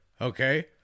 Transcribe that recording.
Okay